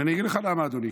ואני אגיד לך למה, אדוני.